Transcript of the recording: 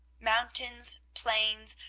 mountains, plains,